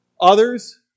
others